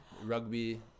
rugby